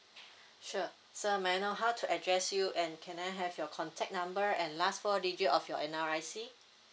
sure sir may I know how to address you and can I have your contact number and last four digit of your N_R_I_C